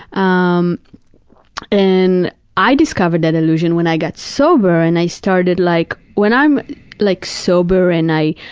um and i discovered that illusion when i got sober and i started like, when i'm like sober and i,